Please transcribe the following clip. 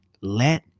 let